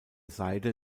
seide